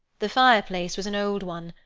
the fireplace was an old one,